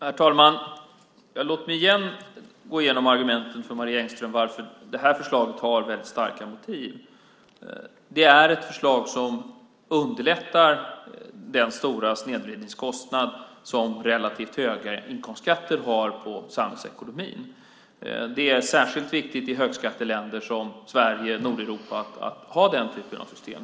Herr talman! Låt mig igen för Marie Engström gå igenom argumenten för varför förslaget har starka motiv. Det är ett förslag som underlättar den stora snedvridningskostnad som relativt höga inkomstskatter har på samhällsekonomin. Det är särskilt viktigt i högskatteländer som Sverige och andra i Nordeuropa att ha den typen av system.